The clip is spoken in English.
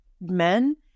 men